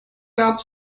gab